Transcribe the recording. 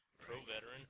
pro-veteran